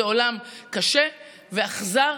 זה עולם קשה ואכזר,